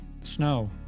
snow